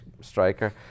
striker